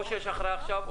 או שיש הכרעה עכשיו,